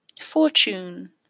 fortune